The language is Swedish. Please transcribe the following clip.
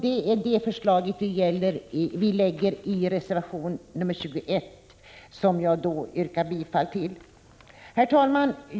Det är det förslaget som läggs fram i reservation 21, som jag yrkar bifall till. Herr talman!